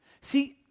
See